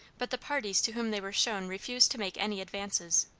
but the parties to whom they were shown refused to make any advances.